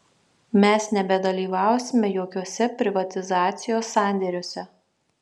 mes nebedalyvausime jokiuose privatizacijos sandėriuose